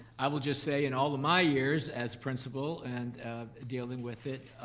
i will just say in all my years as principal and dealing with it,